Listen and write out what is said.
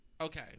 Okay